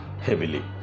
heavily